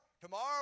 tomorrow